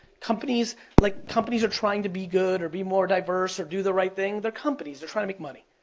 companies like companies are trying to be good or be more diverse or do the right thing. they're companies, they're trying to make money.